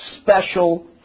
special